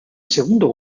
segundo